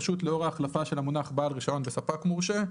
פשוט לאור ההחלפה של המונח "בעל רישיון" ב"ספק מורשה",